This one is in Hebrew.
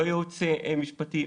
לא ייעוץ משפטי,